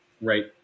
Right